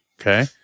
okay